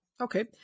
Okay